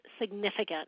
significant